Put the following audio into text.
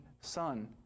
son